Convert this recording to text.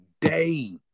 day